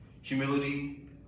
Humility